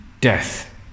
death